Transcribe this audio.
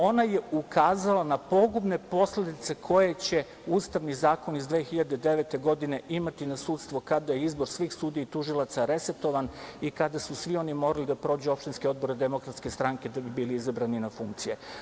Ona je ukazala na pogubne posledice koje će ustavni zakoni iz 2009. godine imati na sudstvo, kada je izbor svih sudija i tužilaca resetovan i kada su svi oni morali da prođu opštinski odbor DS da bi bili izabrani na funkcije.